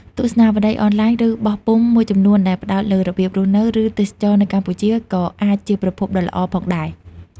ទស្សនាវដ្តីអនឡាញ ឬបោះពុម្ពមួយចំនួនដែលផ្តោតលើរបៀបរស់នៅ ឬទេសចរណ៍នៅកម្ពុជា ក៏អាចជាប្រភពដ៏ល្អផងដែរ។